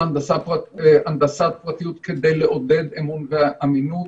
הנדסת פרטיות כדי לעודד אמון ואמינות.